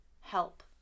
help